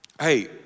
Hey